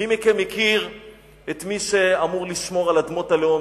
מי מכם מכיר את מי שאמור לשמור על אדמות הלאום,